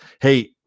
Hey